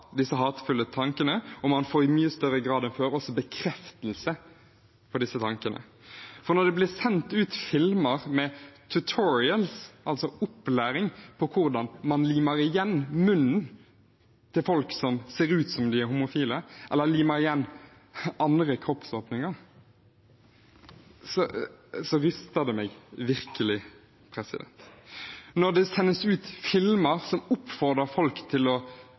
disse hatefulle tankene, og man får i mye større grad enn før også bekreftelse på disse tankene. Når det blir sendt ut filmer med «tutorials», altså opplæring i hvordan man limer igjen munnen til folk som ser ut som om de er homofile, eller limer igjen andre kroppsåpninger, ryster det meg virkelig, også når det sendes ut filmer som oppfordrer folk til å